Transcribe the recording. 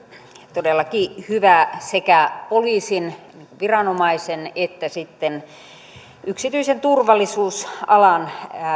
todellakin hyvä sekä poliisin viranomaisen että sitten yksityisen turvallisuusalan